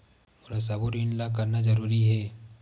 मोला सबो ऋण ला करना जरूरी हे?